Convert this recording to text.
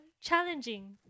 challenging